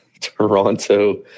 Toronto